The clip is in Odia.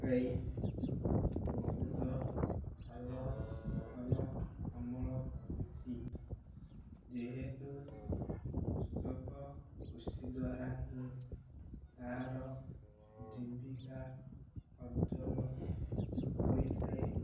ପକାଇ ବହୁତ ଭଲ ଫସଲ ଅମଳ କରୁଛି ଯେହେତୁ କୃଷକ କୃଷି ଦ୍ୱାରା ହିଁ ତା'ର ଜୀବିକା ଅର୍ଜନ କରିଥାଏ